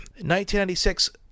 1996